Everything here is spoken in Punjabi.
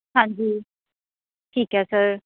ਹਾਂਜੀ ਠੀਕ ਹੈ ਸਰ